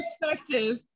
perspective